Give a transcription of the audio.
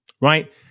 right